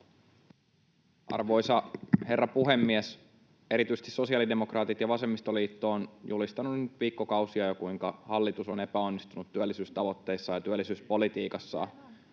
Arvoisa herra puhemies! Erityisesti sosiaalidemokraatit ja vasemmistoliitto ovat julistaneet nyt jo viikkokausia, kuinka hallitus on epäonnistunut työllisyystavoitteissaan ja työllisyyspolitiikassaan,